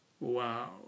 wow